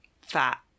fat